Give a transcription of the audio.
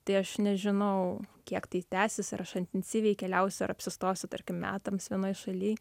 tai aš nežinau kiek tai tęsis ar aš intensyviai keliausiu ar apsistosiu tarkim metams vienoj šaly